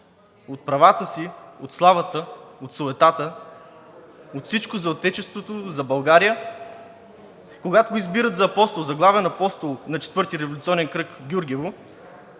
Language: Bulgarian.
от правата си, от славата, от суетата, от всичко за Отечеството, за България, когато го избират за главен апостол на Четвърти революционен окръг – Гюргево,